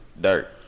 Dirt